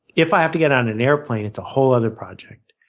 if i have to get on an airplane, it's a whole other project.